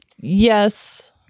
Yes